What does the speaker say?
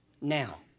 Now